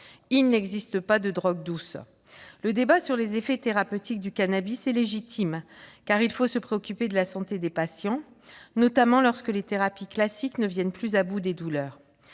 Il n'existe pas de drogue douce ! Le débat sur les effets thérapeutiques du cannabis est légitime, car il faut se préoccuper de la santé des patients, notamment lorsque les thérapies classiques ne viennent plus à bout des douleurs.